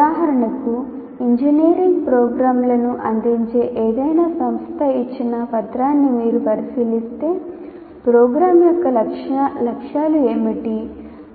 ఉదాహరణకు ఇంజనీరింగ్ ప్రోగ్రామ్లను అందించే ఏదైనా సంస్థ ఇచ్చిన పత్రాన్ని మీరు పరిశీలిస్తే ప్రోగ్రామ్ యొక్క లక్ష్యాలు ఏమిటి